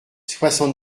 soixante